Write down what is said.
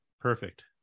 Perfect